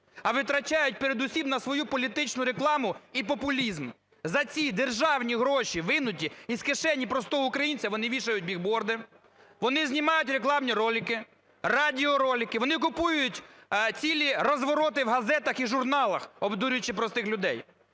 а витрачають передусім на свою політичну рекламу і популізм. За ці державні гроші, вийняті із кишені простого українця, вони вішають бігборди, вони знімають рекламні ролики, радіоролики, вони купують цілі розвороти в газетах і журналах, обдурюючи простих людей.